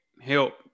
help